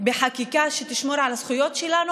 בחקיקה שתשמור על הזכויות שלנו,